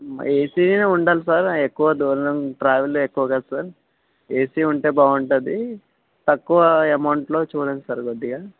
ఏసినే ఉండాలి సార్ ఎక్కువ దూరం ట్రావెల్ ఎక్కువ కద సార్ ఏసీ ఉంటే బాగుంటుంది తక్కువ అమౌంట్లో చూడండి సార్ కొద్దిగా